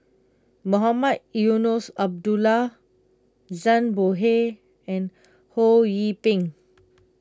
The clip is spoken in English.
Mohamed Eunos Abdullah Zhang Bohe and Ho Yee Ping